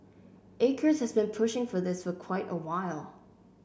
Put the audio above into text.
acres has been pushing for this for quite a while